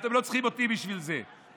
אתם לא צריכים אותי בשביל זה,